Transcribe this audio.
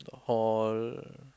all